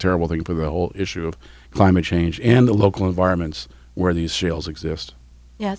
terrible thing for the whole issue of climate change and the local environments where these cereals exist ye